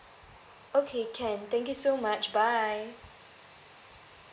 okay can thank you so much bye